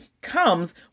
comes